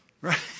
Right